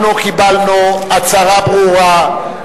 אנחנו קיבלנו הצהרה ברורה,